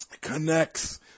connects